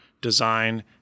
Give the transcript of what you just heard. design